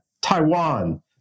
Taiwan